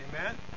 Amen